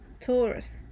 Taurus